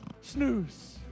snooze